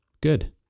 Good